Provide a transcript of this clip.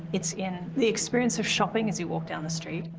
it's in the experience of shopping as you walk down the street.